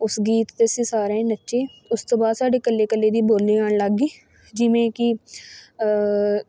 ਉਸ ਗੀਤ 'ਤੇ ਅਸੀਂ ਸਾਰੇ ਨੱਚੇ ਉਸ ਤੋਂ ਬਾਅਦ ਸਾਡੇ ਇਕੱਲੇ ਇਕੱਲੇ ਦੀ ਬੋਲੀ ਆਉਣ ਲੱਗ ਗਈ ਜਿਵੇਂ ਕਿ